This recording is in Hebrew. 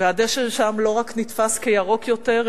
והדשא שם לא רק נתפס כירוק יותר,